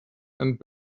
and